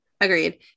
Agreed